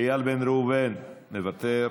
איל בן ראובן, מוותר,